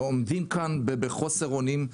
עומדים כאן בחוסר אונים,